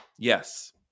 Yes